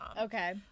okay